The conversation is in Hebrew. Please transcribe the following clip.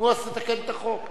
תתקן את החוק.